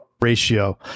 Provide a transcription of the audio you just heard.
ratio